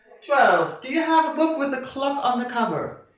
twelve, do you have a book with a clock on the cover?